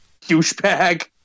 douchebag